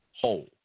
whole